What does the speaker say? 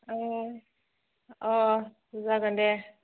औ अ जागोन दे